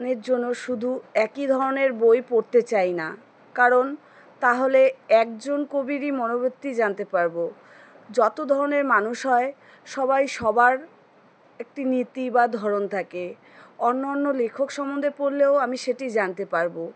এর জন্য শুধু একই ধরনের বই পড়তে চাই না কারণ তাহলে একজন কবিরই মনোবৃত্তি জানতে পারবো যত ধরনের মানুষ হয় সবাই সবার একটি নীতি বা ধরন থাকে অন্য অন্য লেখক সম্বন্ধে পড়লেও আমি সেটি জানতে পারবো